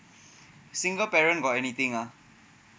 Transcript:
single parent got anything ah